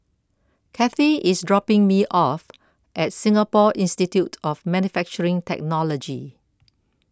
Kathy is dropping me off at Singapore Institute of Manufacturing Technology